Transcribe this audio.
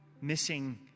missing